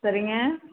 சரிங்க